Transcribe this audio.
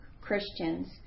Christians